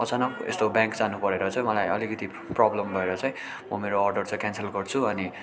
अचानक यस्तो ब्याङ्क जानु परेर चाहिँ मलाई अलिकति प्रब्लम भएर चाहिँ म मेरो अर्डर चाहिँ क्यान्सल गर्छु अनि